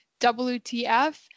WTF